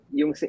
yung